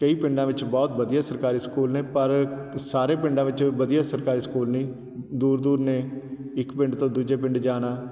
ਕਈ ਪਿੰਡਾਂ ਵਿੱਚ ਬਹੁਤ ਵਧੀਆ ਸਰਕਾਰੀ ਸਕੂਲ ਨੇ ਪਰ ਸਾਰੇ ਪਿੰਡਾਂ ਵਿੱਚ ਵਧੀਆ ਸਰਕਾਰੀ ਸਕੂਲ ਨਹੀਂ ਦੂਰ ਦੂਰ ਨੇੇ ਇੱਕ ਪਿੰਡ ਤੋਂ ਦੂਜੇ ਪਿੰਡ ਜਾਣਾ